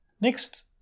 Next